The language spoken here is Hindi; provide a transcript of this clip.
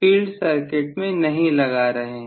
फील्ड सर्किट में नहीं लगा रहे हैं